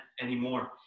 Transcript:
anymore